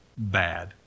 bad